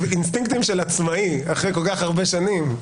אינסטינקטים של עצמאי, אחרי כל כך הרבה שנים...